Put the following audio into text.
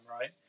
right